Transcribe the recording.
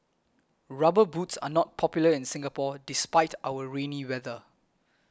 rubber boots are not popular in Singapore despite our rainy weather